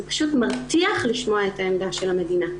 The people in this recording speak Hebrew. זה פשוט מרתיח לשמוע את העמדה של המדינה.